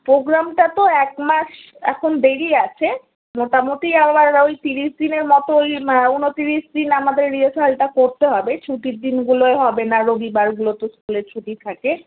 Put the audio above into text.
পোগ্রামটা তো এক মাস এখন দেরি আছে মোটামোটি আবার ওই তিরিশ দিনের মতো ওই উনতিরিশ দিন আমাদের রিহার্সালটা করতে হবে ছুটির দিনগুলোয় হবে না রবিবার গুলো তো স্কু্লে ছুটি থাকে